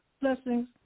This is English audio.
blessings